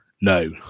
no